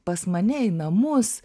pas mane į namus